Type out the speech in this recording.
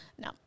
No